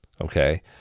okay